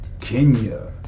Kenya